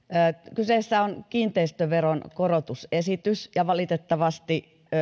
kyseessä on kiinteistöveron korotusesitys ja valitettavasti